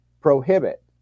prohibit